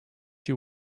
you